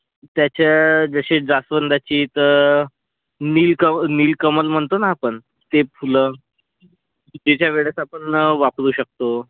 त्याच्या जसे जास्वंदाची तर नीलकम नीलकमल म्हणतो ना आपण ते फुलं त्याच्या वेळेस आपण ना वापरू शकतो